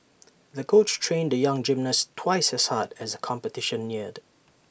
the coach trained the young gymnast twice as hard as the competition neared